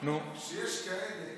שיש כאלה